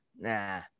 nah